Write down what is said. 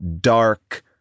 dark